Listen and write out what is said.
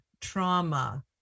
trauma